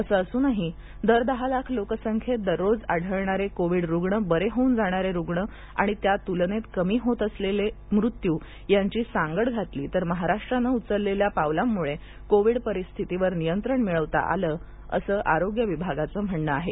असं असूनही दर दहालाख लोकसंख्येत दररोज आढळणारे कोविड रुग्ण बरे होऊन जाणारे रुग्ण आणि त्या तुलनेत कमी होत असलेले मृत्यू याची सांगड घातली तर महाराष्ट्रानं उचललेल्या पावलांमुळे कोविड परिस्थितीवर नियंत्रण मिळवता आलं असं आरोग्य विभागाचं म्हणणं आहे